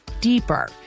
deeper